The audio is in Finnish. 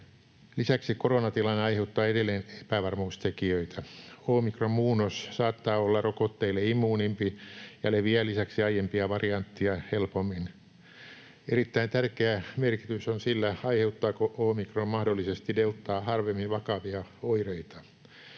Lisäksi koronatilanne aiheuttaa edelleen epävarmuustekijöitä. Omikronmuunnos saattaa olla rokotteille immuunimpi ja leviää lisäksi aiempia variantteja helpommin. Erittäin tärkeä merkitys on sillä, aiheuttaako omikron mahdollisesti deltaa harvemmin vakavia oireita.